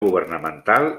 governamental